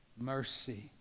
mercy